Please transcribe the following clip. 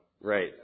Right